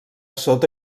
sota